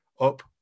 up